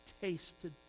tasted